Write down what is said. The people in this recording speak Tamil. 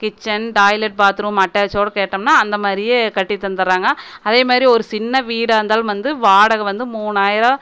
கிச்சன் டாய்லட் பாத் ரூம் அட்டாச்சோடு கேட்டோம்னால் அந்த மாதிரியே கட்டி தந்தடுறாங்க அதே மாதிரி ஒரு சின்ன வீடாக இருந்தாலும் வந்து வாடகை வந்து மூணாயிரம்